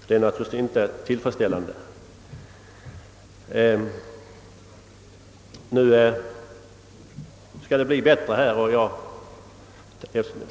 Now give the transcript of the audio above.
Detta är naturligtvis inte tillfredsställande.